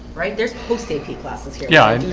right. there's post ap classes here. yeah